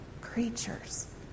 creatures